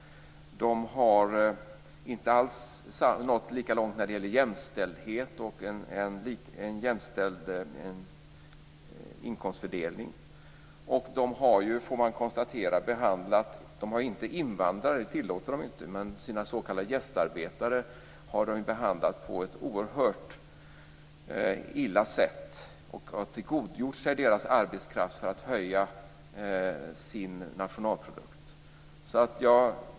De har inte alls nått lika långt när det gäller jämställdhet och en jämställd inkomstfördelning. De har inte invandrare. Det tillåter de inte. Men sina gästarbetare har de behandlat på ett oerhört dåligt sätt. Man har tillgodogjort sig deras arbetskraft för att höja sin nationalprodukt.